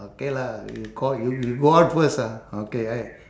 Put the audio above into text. okay lah you call y~ you go out first ah okay I